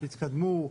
התקדמו,